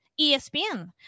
ESPN